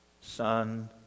Son